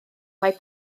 mae